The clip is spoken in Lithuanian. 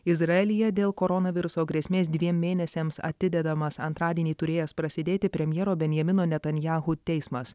izraelyje dėl koronaviruso grėsmės dviem mėnesiams atidedamas antradienį turėjęs prasidėti premjero benjamino netanjahu teismas